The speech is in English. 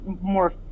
more